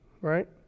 right